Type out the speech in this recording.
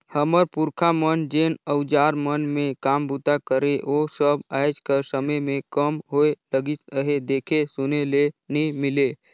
हमर पुरखा मन जेन अउजार मन मे काम बूता करे ओ सब आएज कर समे मे कम होए लगिस अहे, देखे सुने ले नी मिले